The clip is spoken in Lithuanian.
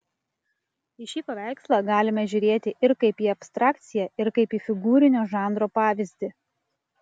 į šį paveikslą galime žiūrėti ir kaip į abstrakciją ir kaip į figūrinio žanro pavyzdį